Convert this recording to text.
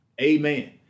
Amen